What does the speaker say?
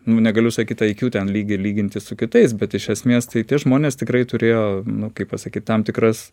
nu negaliu sakyt aikjū ten lygį lyginti su kitais bet iš esmės tai tie žmonės tikrai turėjo nu kaip pasakyt tam tikras